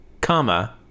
comma